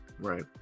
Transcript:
Right